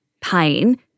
pain